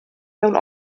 mewn